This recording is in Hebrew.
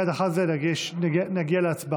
מייד אחר כך נגיע להצבעה.